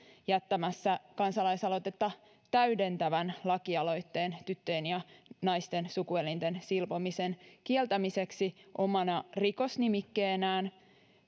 jättämässä kansalaisaloitetta täydentävän lakialoitteen tyttöjen ja naisten sukuelinten silpomisen kieltämiseksi omana rikosnimikkeenään